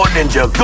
Ninja